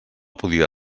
podia